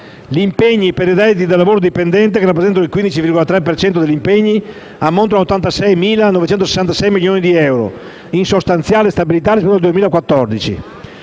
Gli impegni per redditi da lavoro dipendente, che rappresentano il 15,3 per cento degli impegni, ammontano a 86.966 milioni di euro, in sostanziale stabilità rispetto